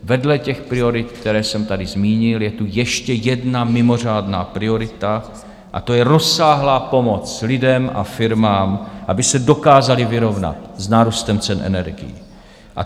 Vedle těch priorit, které jsem tady zmínil, je tu ještě jedna mimořádná priorita, a to je rozsáhlá pomoc lidem a firmám, aby se dokázali vyrovnat s nárůstem cen energií.